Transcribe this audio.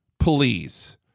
please